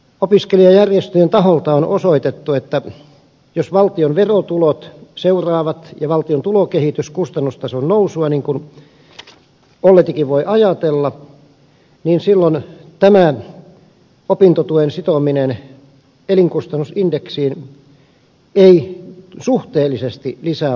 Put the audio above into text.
opiskelijajärjestöjen taholta on osoitettu että jos valtion verotulot ja valtion tulokehitys seuraavat kustannustason nousua niin kuin olletikin voi ajatella niin silloin tämä opintotuen sitominen elinkustannusindeksiin ei suhteellisesti lisää valtion menoja